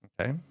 Okay